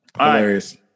Hilarious